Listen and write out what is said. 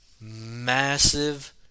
massive